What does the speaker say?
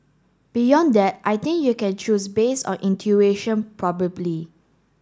beyond that I think you can choose based on intuition probably